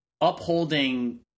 upholding